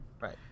Right